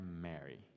Mary